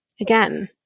Again